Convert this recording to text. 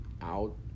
out